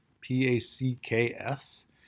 p-a-c-k-s